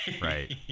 Right